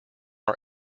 are